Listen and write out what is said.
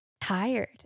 tired